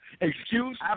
Excuse